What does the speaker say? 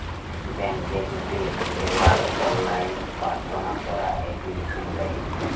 ব্যাংকে যদি লেওয়ার অললাইন পার্থনা ক্যরা এপ্লিকেশন দেয়